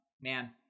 man